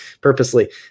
purposely